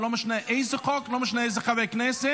לא משנה איזה חוק ולא משנה איזה חבר כנסת,